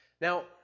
Now